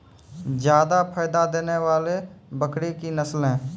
जादा फायदा देने वाले बकरी की नसले?